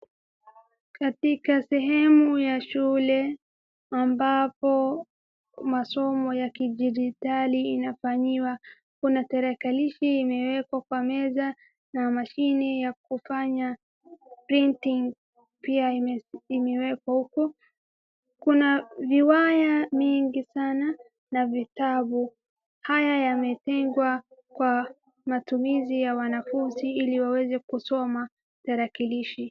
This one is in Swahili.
Katika sehemu ya shule ambapo masomo ya kijiditali inafanyiwa. Kuna tarakilishi imewekwa kwa meza na mashini ya kufanya printing pia imewekwa huku. Kuna viwaya mingi sana na vitabu. Haya yametengwa kwa matumizi ya wanafunzi ili waweze kusoma tarakilishi.